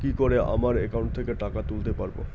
কি করে আমার একাউন্ট থেকে টাকা তুলতে পারব?